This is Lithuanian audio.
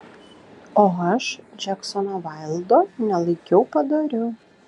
o aš džeksono vaildo nelaikiau padoriu